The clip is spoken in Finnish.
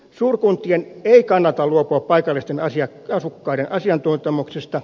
suurkuntien ei kannata luopua paikallisten asukkaiden asiantuntemuksesta